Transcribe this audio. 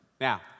Now